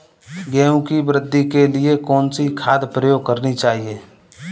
गेहूँ की वृद्धि के लिए कौनसी खाद प्रयोग करनी चाहिए?